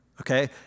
okay